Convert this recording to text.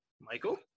Michael